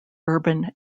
urban